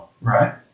Right